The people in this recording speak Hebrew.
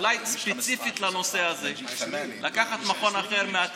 אולי ספציפית לנושא הזה אפשר לקחת מכון אחר,